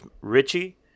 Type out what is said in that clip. Richie